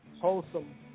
wholesome